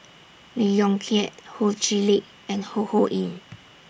Lee Yong Kiat Ho Chee Lick and Ho Ho Ying